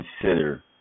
consider